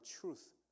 truth